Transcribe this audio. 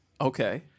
Okay